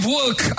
work